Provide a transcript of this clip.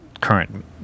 current